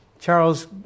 Charles